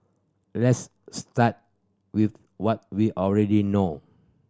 let's start with what we already know